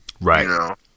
Right